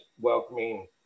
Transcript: welcoming